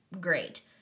great